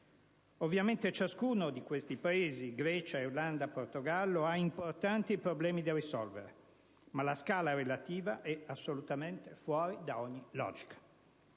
Ovviamente, ciascuno di questi Paesi (Grecia, Irlanda e Portogallo) ha importanti problemi da risolvere, ma la scala relativa è assolutamente fuori da ogni logica.